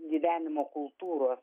gyvenimo kultūros